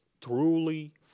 truly